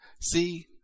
See